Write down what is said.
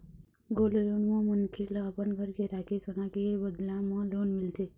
gold loan म मनखे ल अपन घर के राखे सोना के बदला म लोन मिलथे